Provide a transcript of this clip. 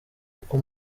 uko